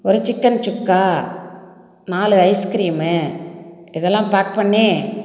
ஒரு சிக்கென் சுக்கா நாலு ஐஸ்கீரிமு இதெல்லாம் பேக் பண்ணி